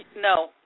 No